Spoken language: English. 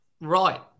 Right